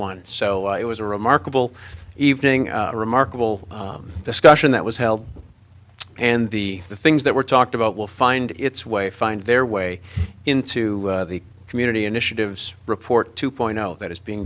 one so it was a remarkable evening a remarkable discussion that was held and the things that were talked about will find its way find their way into the community initiatives report to point out that is being